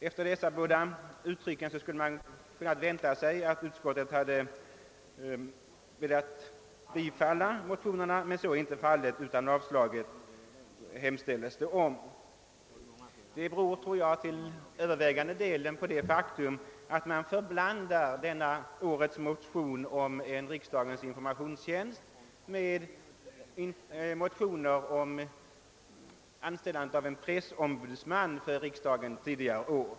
Efter dessa båda uttalanden skulle man kunna vänta sig att utskottet hade velat tillstyrka motionerna, men så är nu inte fallet, utan utskottet hemställer om avslag på dem. Detta tror jag till övervägande del beror på att man förblandar de förevarande motionerna om en riksdagens informationstjänst med motioner om anställande av en pressombudsman för riksdagen, vilka väckts tidigare år.